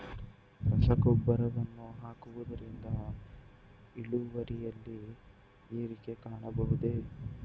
ರಸಗೊಬ್ಬರವನ್ನು ಹಾಕುವುದರಿಂದ ಇಳುವರಿಯಲ್ಲಿ ಏರಿಕೆ ಕಾಣಬಹುದೇ?